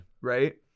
Right